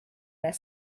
their